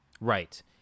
Right